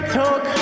talk